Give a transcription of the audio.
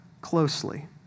closely